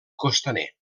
costaner